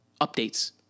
updates